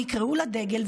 נקראו לדגל,